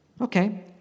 okay